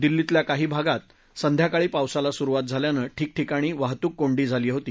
दिल्लीतल्या काही भागात संध्याकाळी पावसाला सुरुवात झाल्यानं ठिकठिकाणी वाहतूक कोंडी झाली होती